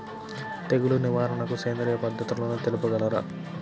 తెగులు నివారణకు సేంద్రియ పద్ధతులు తెలుపగలరు?